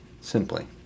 simply